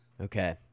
okay